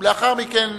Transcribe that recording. ולאחר מכן,